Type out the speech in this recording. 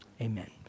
amen